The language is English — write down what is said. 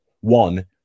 one